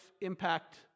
impact